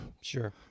Sure